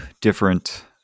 different